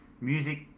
music